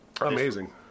amazing